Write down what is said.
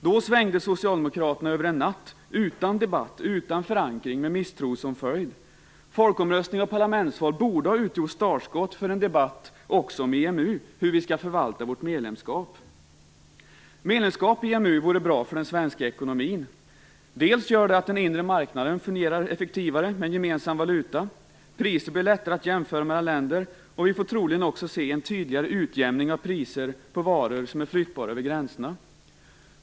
Då svängde socialdemokraterna över en natt - utan debatt och förankring - med misstro som följd. Folkomröstning och parlamentsval borde ha utgjort startskott för en debatt också om hur vi skall förvalta ett medlemskap i EMU. Ett medlemskap i EMU vore bra för den svenska ekonomin. Det gör bl.a. att den inre marknaden fungerar effektivare, med en gemensam valuta. Priser blir lättare att jämföra mellan länder. Vi får troligen också se en tydligare utjämning av priser på varor som är flyttbara över gränserna.